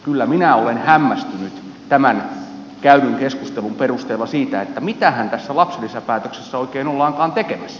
kyllä minä olen hämmästynyt tämän käydyn keskustelun perusteella siitä että mitähän tässä lapsilisäpäätöksessä oikein ollaankaan tekemässä